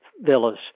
villas